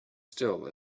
still